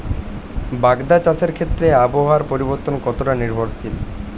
বাগদা চাষের ক্ষেত্রে আবহাওয়ার পরিবর্তন কতটা নির্ভরশীল?